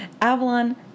Avalon